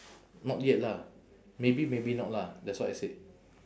not yet lah maybe maybe not lah that's what I said